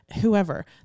whoever